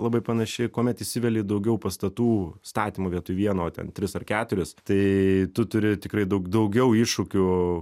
labai panaši kuomet įsiveli į daugiau pastatų statymo vietoj vieno ten tris ar keturis tai tu turi tikrai daug daugiau iššūkių